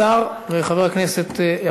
חבר הכנסת בר-לב, מסתפק בתשובה של השר?